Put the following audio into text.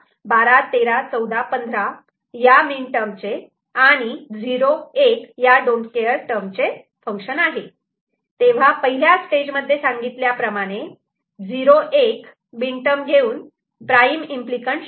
Y Σ m23101112131415 d01 तेव्हा पहिल्या स्टेजमध्ये सांगितल्याप्रमाणे 0 1 मीन टर्म घेऊन प्राईम इम्पली कँट शोधू